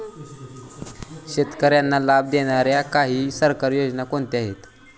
शेतकऱ्यांना लाभ देणाऱ्या काही सरकारी योजना कोणत्या आहेत?